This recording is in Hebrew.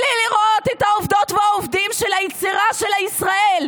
בלי לראות את העובדות ואת העובדים של היצירה של ישראל,